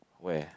where